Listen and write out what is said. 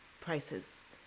prices